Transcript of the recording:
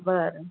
बरं